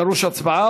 זה דורש הצבעה,